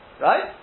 Right